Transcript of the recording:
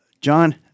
John